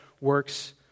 works